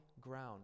ground